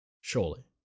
surely